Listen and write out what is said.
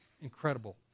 incredible